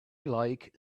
like